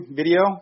video